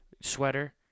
sweater